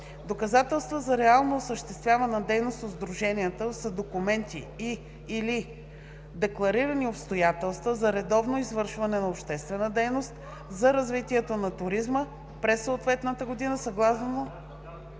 „Доказателства за реално осъществявана дейност от сдружението“ са документи и/или декларирани обстоятелства за редовно извършване на обществена дейност за развитие на туризма през съответната година съгласно